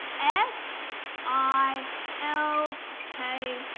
s i l k,